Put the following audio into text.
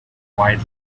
widely